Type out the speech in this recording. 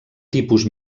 tipus